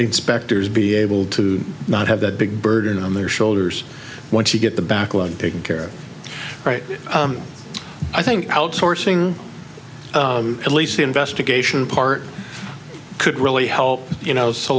inspectors be able to not have that big burden on their shoulders once you get the backlog taken care of right i think outsourcing at least the investigation part could really help you know so